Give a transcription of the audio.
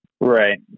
Right